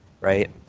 right